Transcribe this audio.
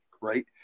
right